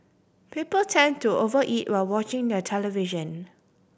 people tend to over eat while watching the television